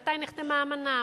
מתי נחתמה האמנה,